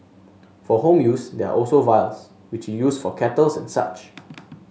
for home use there are also vials which you use for kettles and such